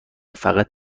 فقط